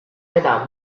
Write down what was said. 该党